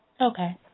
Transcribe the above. Okay